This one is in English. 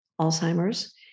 Alzheimer's